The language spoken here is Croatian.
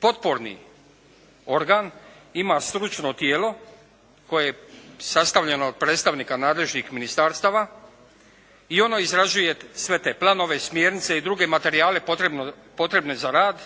potporni organ ima stručno tijelo koje je sastavljeno od predstavnika nadležnih ministarstava i ono izrađuje sve te planove, smjernice i druge materijale potrebne za rad,